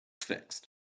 fixed